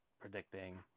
predicting